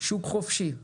שוק חופשי,